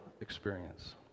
experience